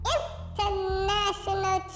International